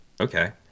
okay